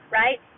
right